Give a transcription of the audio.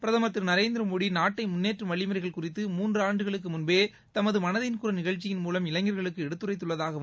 பிரதமர் திரு நரேந்திர மோடி நாட்டை முன்னேற்றும் வழிமுறைகள் குறித்து மூன்று ஆண்டுகளுக்கு முன்பே தமது மனதின் குரல் நிகழ்ச்சியின் மூலம் இளைஞர்களுக்கு எடுத்துரைத்துள்ளதாகவும்